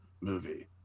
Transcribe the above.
movie